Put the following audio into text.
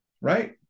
right